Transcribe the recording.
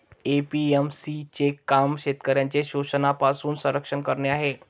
APMC चे काम शेतकऱ्यांचे शोषणापासून संरक्षण करणे आहे